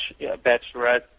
Bachelorette